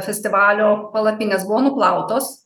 festivalio palapinės buvo nuplautos